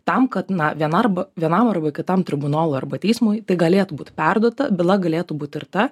tam kad na vien arba vienam arba kitam tribunolui arba teismui tai galėtų būt perduota byla galėtų būt tirta